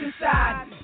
inside